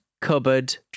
cupboard